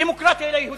דמוקרטיה ליהודים, כן.